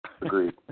Agreed